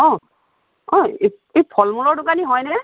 অঁ অঁ এই ফল মূলৰ দোকানী হয়নে